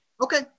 Okay